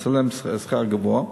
לעשות להן שכר גבוה,